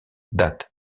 date